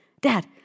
Dad